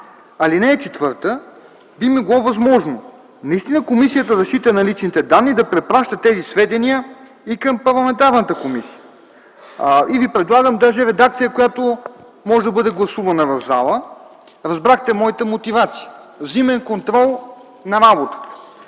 ал. 4, би било възможно наистина Комисията за защита на личните данни да препраща тези сведения и към парламентарната комисия. И ви предлагам редакция, която може да бъде гласувана в залата. Разбрахте моята мотивация – взаимен контрол на работата.